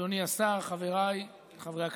אדוני השר, חבריי חברי הכנסת,